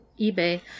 eBay